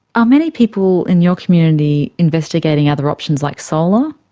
are many people in your community investigating other options like solar?